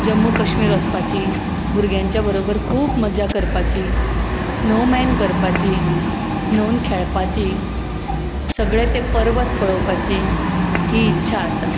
जम्मू कश्मीर वचपाची भुरग्यांच्या बरोबर खूब मजा करपाची स्नो मॅन करपाची स्नोन खेळपाची सगळें ते पर्वत पळोवपाची ही इच्छा आसा